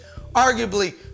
arguably